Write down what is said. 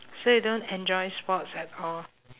so you don't enjoy sports at all